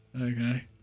Okay